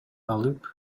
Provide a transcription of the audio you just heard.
алып